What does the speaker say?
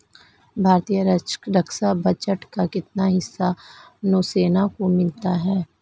भारतीय रक्षा बजट का कितना हिस्सा नौसेना को मिलता है?